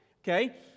Okay